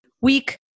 week